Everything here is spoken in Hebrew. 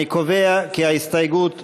אני קובע כי הסתייגות מס'